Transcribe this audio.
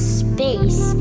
space